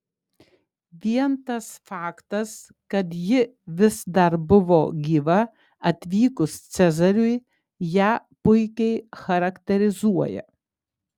vien tas faktas kad ji vis dar buvo gyva atvykus cezariui ją puikiai charakterizuoja